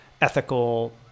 ethical